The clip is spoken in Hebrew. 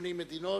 מ-80 מדינות.